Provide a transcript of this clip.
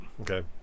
Okay